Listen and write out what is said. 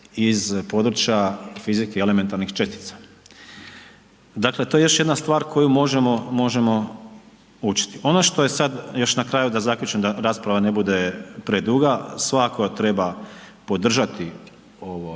iz područja fizike i elementarnih čestica. Dakle, to je još jedna stvar koju možemo, možemo učiti. Ono što je sad, još na kraju da zaključim da rasprava ne bude preduga, svakako treba podržati ovo,